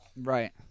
Right